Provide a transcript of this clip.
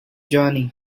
johnny